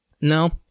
No